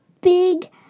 big